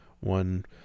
one